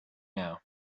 now